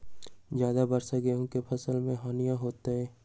ज्यादा वर्षा गेंहू के फसल मे हानियों होतेई?